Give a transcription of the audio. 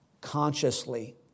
consciously